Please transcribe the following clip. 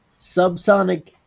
subsonic